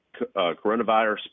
coronavirus